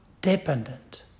dependent